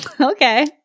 Okay